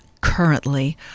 currently